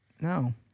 No